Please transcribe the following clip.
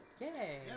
Yay